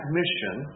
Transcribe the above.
mission